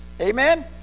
Amen